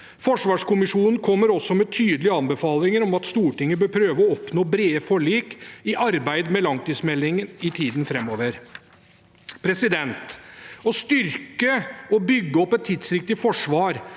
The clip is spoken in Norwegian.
Forsvarskommisjonen kommer også med tydelige anbefalinger om at Stortinget bør prøve å oppnå brede forlik i arbeidet med langtidsmeldingen i tiden framover. Å styrke og bygge opp et tidsriktig forsvar